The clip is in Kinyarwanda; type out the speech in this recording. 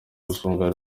gusanga